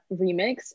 Remix